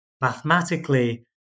mathematically